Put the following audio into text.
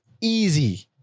easy